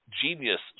genius